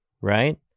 right